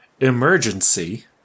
emergency